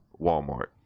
Walmart